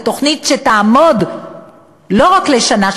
ותוכנית שתעמוד לא רק לשנה,